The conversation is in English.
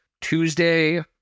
Tuesday